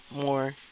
more